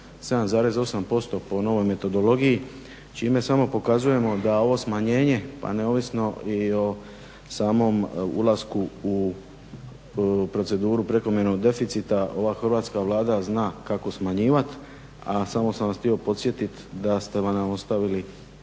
7,8% po novoj metodologiji čime samo pokazujemo da ovo smanjenje pa neovisno i o samom ulasku u proceduru prekomjernog deficita ova Hrvatska Vlada zna kako smanjivat sa samo sam vas htio podsjetit da ste nam ostavili